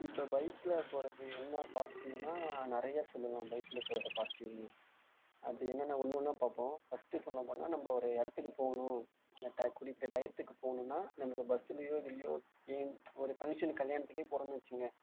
இப்போ பைக்கில் போகிறது என்ன பாசிட்டிவ்னால் நிறையா சொல்லலாம் பைக்கில் போகிறத பாசிட்டிவ்னு அப்படி என்னனு ஒன்று ஒன்றா பார்ப்போம் ஃபர்ஸ்ட்டு சொல்லப் போனால் நம்ம ஒரு இடத்துக்கு போகணும் அந்த ட குறிப்பிட்ட டையத்துக்கு போகணும்னா நமக்கு பஸ்ஸுலேயோ இதுலேயோ ஏன் ஒரு ஃபங்க்ஷனுக்கு கல்யாணத்துக்கே போகிறோன்னு வச்சுக்குங்க